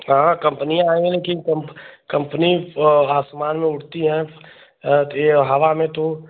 हाँ कम्पनियाँ हैं कि कम कंपनी आसमान में उड़ती है हवा में तो